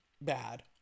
bad